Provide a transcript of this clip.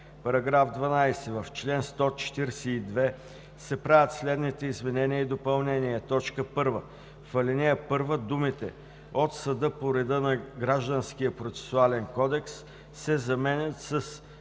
§ 12: „§ 12. В чл. 142 се правят следните изменения и допълнения: 1. В ал. 1 думите „от съда по реда на Гражданския процесуален кодекс“ се заменят със